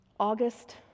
August